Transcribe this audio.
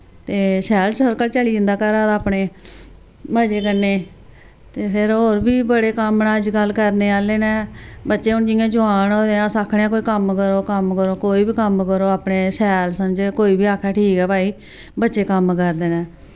एह् शैल सर्कल चली जंदा घरा दा अपने मजे कन्नै ते फिर और बी बड़े कम्म न अजकल करने आह्ले नै बच्चे हून जि'यां जोआन होंदे अस आखने कोई कम्म करो कम्म करो कोई बी कम्म करो अपने शैल समझो कोई बी आक्खै ठीक ऐ भाई बच्चे कम्म करदे ने